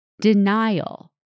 denial